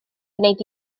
gwneud